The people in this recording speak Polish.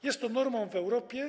Jest to normą w Europie.